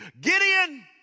Gideon